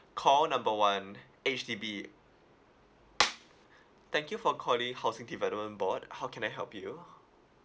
call number one H_D_B thank you for calling housing development board how can I help you